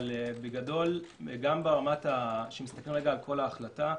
אבל גם כשמסכלים על כל ההחלטה,